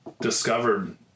discovered